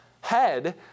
head